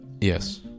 Yes